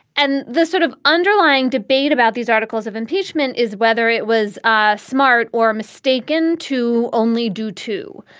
and the sort of underlying debate about these articles of impeachment is whether it was ah smart or mistaken to only do two.